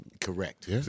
Correct